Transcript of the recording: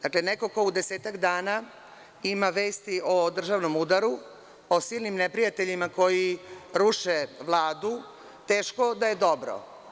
Dakle, neko ko u desetak dana ima vesti o državnom udaru, o silnim neprijateljima koji ruše Vladu, teško da je dobro.